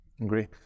Agree